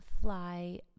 fly